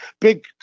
big